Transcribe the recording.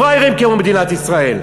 לא פראיירים כמו מדינת ישראל.